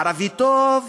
ערבי טוב